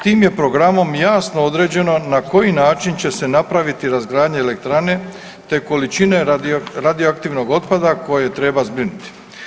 Tim je programom jasno određeno na koji način će se napraviti razgradnja elektrane, te količine radioaktivnog otpada koje treba zbrinuti.